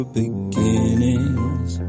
beginnings